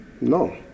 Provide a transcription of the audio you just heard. No